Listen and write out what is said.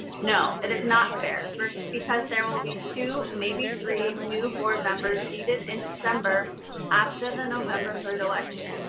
no. it is not fair because there will be two, maybe three new board members seated in december after the november third election.